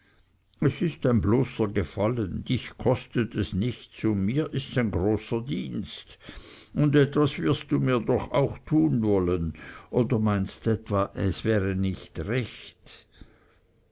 es ist ein bloßer gefallen dich kostet es nichts und mir ists ein großer dienst und etwas wirst mir doch auch tun wollen oder meinst etwa es wäre nicht recht